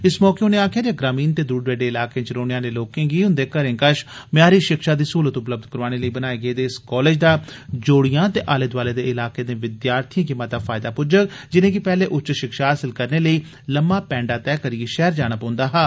इस मौके उनें आक्खेआ जे ग्रामीण ते दूर दरेड़े इलाकें च रौह्ने आले लोकें गी उन्दे घरें कष मयारी षिक्षा दी सहूलत उपलब्ध कराने लेई बनाए गेदे इस कॉलेज दा जौड़ियां ते आले दोआले दे इलाकें दे विद्यार्थिएं गी मता फैयदा पुज्जोग जिनेंगी पैह्ले उच्च षिक्षा हासल करने लेई लम्मा पैंडा तैह करिए षैहर जाना पौंदा हा